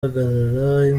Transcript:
ahagaragara